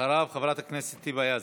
אחריו, חברת הכנסת היבה יזבק.